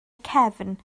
cefn